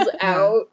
out